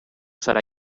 serà